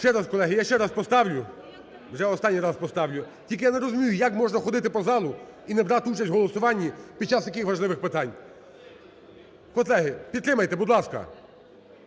раз поставлю. Тільки я не розумію, як можна ходити по залу і не брати участь в голосуванні під час таких важливих питань. Колеги, підтримайте, будь ласка.